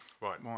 right